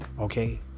okay